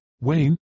Wayne